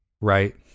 right